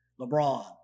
LeBron